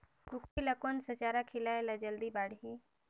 कूकरी ल कोन सा चारा खिलाय ल जल्दी बाड़ही?